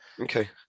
Okay